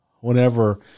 whenever